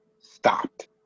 stopped